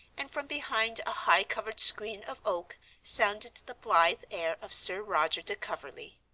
and from behind a high-covered screen of oak sounded the blithe air of sir roger de coverley.